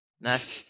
Next